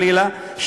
חלילה,